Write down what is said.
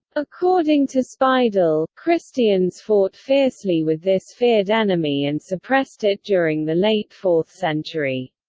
according to speidel, christians fought fiercely with this feared enemy and suppressed it during the late fourth century.